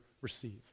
receive